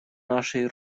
нашей